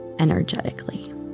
energetically